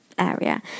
area